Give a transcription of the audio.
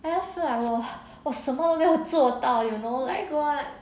I just feel I wa~ was 我什么都没有做到 you know like